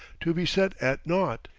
to be set at nought.